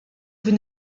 vous